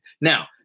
Now